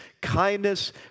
kindness